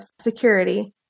security